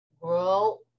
Grow